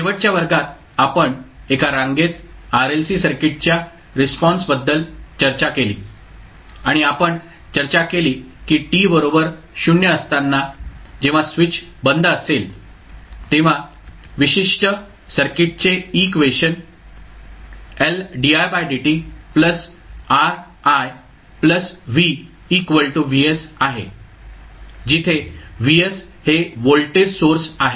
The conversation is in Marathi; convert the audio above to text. शेवटच्या वर्गात आपण एका रांगेत RLC सर्किटच्या रिस्पॉन्सबद्दल चर्चा केली आणि आपण चर्चा केली की t बरोबर 0 असताना जेव्हा स्विच बंद असेल तेव्हा विशिष्ट सर्किटचे इक्वेशन आहे जिथे Vs हे व्होल्टेज सोर्स आहे